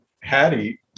Hattie